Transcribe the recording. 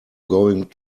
going